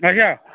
اَچھا